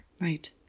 Right